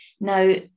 Now